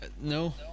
No